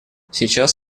сейчас